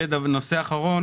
נושא אחרון